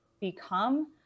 become